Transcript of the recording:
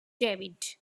david